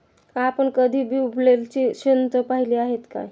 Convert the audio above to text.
आपण कधी ब्लुबेरीची शेतं पाहीली आहेत काय?